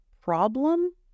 problem